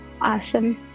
awesome